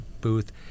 booth